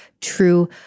true